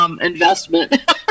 investment